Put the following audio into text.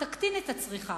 תקטין את הצריכה,